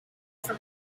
from